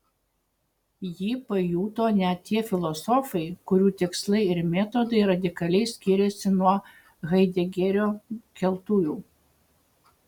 jį pajuto net tie filosofai kurių tikslai ir metodai radikaliai skiriasi nuo haidegerio keltųjų